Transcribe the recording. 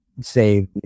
say